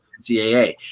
CAA